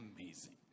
amazing